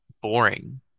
boring